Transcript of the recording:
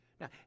Now